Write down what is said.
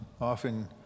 often